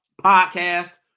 podcast